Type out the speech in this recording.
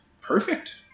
Perfect